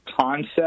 concept